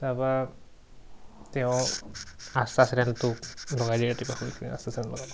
তাৰপৰা তেওঁ আস্থা চেনেলটো লগাই দিয়ে ৰাতিপুৱা শুই উঠি আস্থা চেনেল লগাব